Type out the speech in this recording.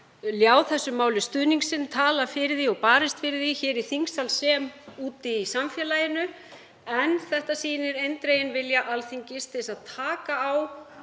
léð þessu máli stuðning sinn, talað fyrir því og barist fyrir því hér í þingsal sem og úti í samfélaginu. En þetta sýnir eindreginn vilja Alþingis til að taka á